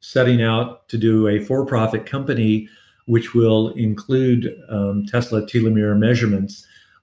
setting out to do a for-profit company which will include tesla telomere measurements,